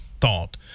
thought